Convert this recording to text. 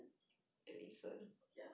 ya